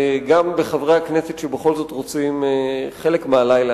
וגם בחברי הכנסת שרוצים חלק מהלילה,